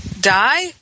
die